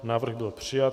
Návrh byl přijat.